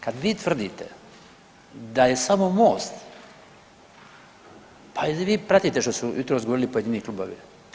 Kad vi tvrdite da je samo MOST pa je li vi pratite što su jutros govorili pojedini klubovi?